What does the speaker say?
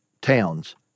towns